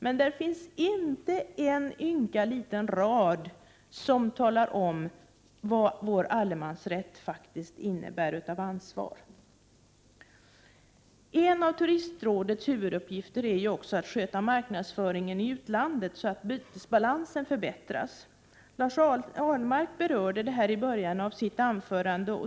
Det finns dock inte en enda ynka liten rad som talar om vad vår allemansrätt faktiskt innebär av ansvar. En av turistrådets huvuduppgifter är att sköta marknadsföringen i utlandet så att bytesbalansen skall förbättras. Lars Ahlmark berörde detta i början av sitt anförande.